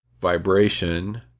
vibration